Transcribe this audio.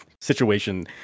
Situation